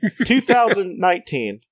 2019